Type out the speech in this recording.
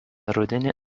rudenį